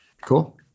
cool